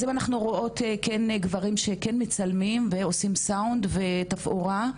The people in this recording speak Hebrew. אז אם אנחנו רואות גברים שכן מצלמים ועושים סאונד ותפאורה,